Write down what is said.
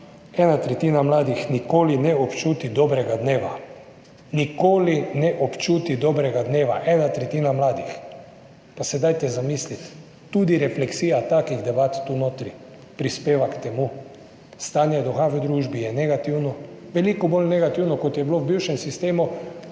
ena tretjina mladih nikoli ne občuti dobrega dneva. Nikoli ne občuti dobrega dneva ena tretjina mladih! Dajte se zamisliti. Tudi refleksija takih debat tu notri prispeva k temu. Stanje duha v družbi je negativno, veliko bolj negativno kot je bilo v bivšem sistemu,